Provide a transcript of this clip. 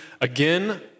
again